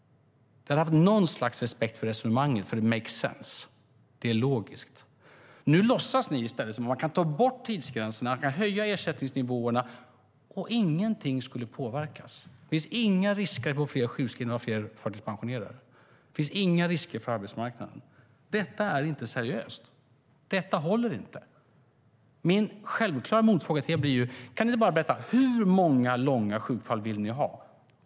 Då hade vi haft något slags respekt för resonemanget, för då hade det hade varit logiskt. Nu låtsas ni i stället att man kan ta bort tidsgränserna och höja ersättningsnivåerna utan att något påverkas, utan risk för att det blir fler sjukskrivna och förtidspensionerade och utan risk för arbetsmarknaden. Det är inte seriöst. Det håller inte. Mina självklara motfrågor till er blir: Hur många långa sjukfall vill ni ha?